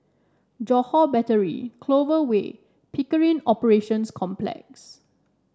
Johore Battery Clover Way Pickering Operations Complex